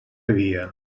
havia